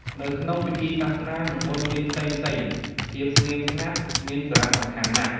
នៅក្នុងពិធីសាសនា និងបុណ្យទានផ្សេងៗ ភាពស្ងៀមស្ងាត់មានសារៈសំខាន់ណាស់។